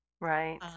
right